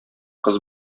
кыз